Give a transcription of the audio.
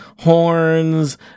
horns